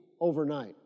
overnight